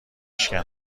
شکنم